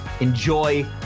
enjoy